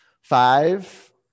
Five